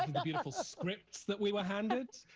um the beautiful scripts that we were handed,